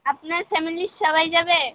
আপনার ফ্যামেলির সবাই যাবে